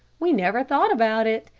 we never thought about it.